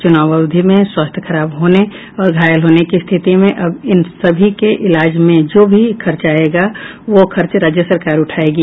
चुनाव अवधि में स्वास्थ्य खराब होने और घायल होने की स्थिति में अब इन सभी के इलाज में जो भी खर्च आयेंगे वो खर्च राज्य सरकार उठायेगी